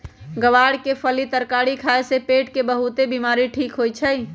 ग्वार के फली के तरकारी खाए से पेट के बहुतेक बीमारी ठीक होई छई